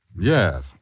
Yes